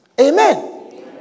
Amen